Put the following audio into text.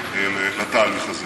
ותצטרפי לתהליך הזה.